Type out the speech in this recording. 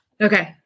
Okay